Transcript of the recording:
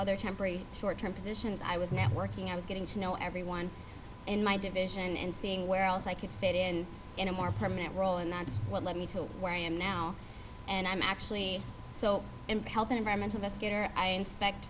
other temporary short term positions i was networking i was getting to know everyone in my division and seeing where else i could fit in in a more permanent role and that's what led me to where i am now and i'm actually so impel that environmental mess kit or i inspect